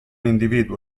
individuo